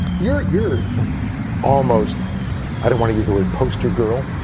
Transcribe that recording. you're you're almost i don't want to use the word poster girl,